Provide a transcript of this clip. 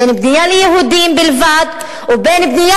בין בנייה ליהודים בלבד ובין בנייה